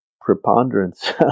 preponderance